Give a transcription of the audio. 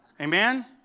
Amen